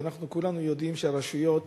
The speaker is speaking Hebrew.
ואנחנו כולנו יודעים שהרשויות